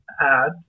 add